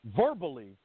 verbally